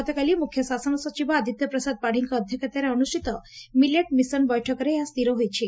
ଗତକାଲି ମୁଖ୍ୟ ଶାସନ ସଚିବ ଆଦିତ୍ୟ ପ୍ରସାଦ ପାତ୍ୀଙ୍କ ଅଧ୍ଘକ୍ଷତାରେ ଅନୁଷ୍ପିତ ମିଲେଟ୍ ମିଶନ ବୈଠକରେ ଏହା ସ୍ତିର ହୋଇଛି